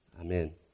Amen